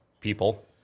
people